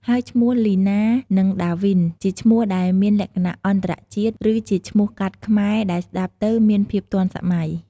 ហើយឈ្មោះលីណានិងដាវីន ជាឈ្មោះដែលមានលក្ខណៈអន្តរជាតិ ឬជាឈ្មោះកាត់ខ្មែរដែលស្តាប់ទៅមានភាពទាន់សម័យ។